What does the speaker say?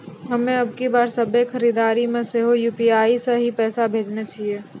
हम्मे अबकी बार सभ्भे खरीदारी मे सेहो यू.पी.आई से ही पैसा भेजने छियै